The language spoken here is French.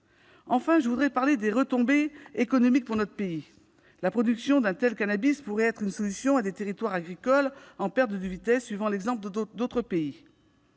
finir, je veux parler des retombées économiques pour notre pays. La production d'un tel cannabis pourrait apporter une solution à des territoires agricoles en perte de vitesse, suivant l'exemple d'autres pays.